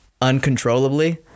uncontrollably